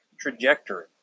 trajectory